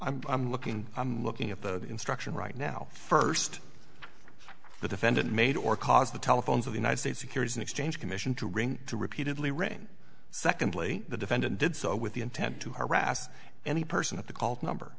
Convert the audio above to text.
us i'm looking i'm looking at the instruction right now first the defendant made or cause the telephone's of the united states securities and exchange commission to ring to repeatedly redeem secondly the defendant did so with the intent to harass any person of the called number